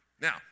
Now